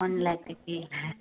one லேக்கு கீழே